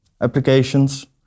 applications